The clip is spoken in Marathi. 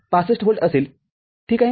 65 व्होल्ट असेलठीक आहे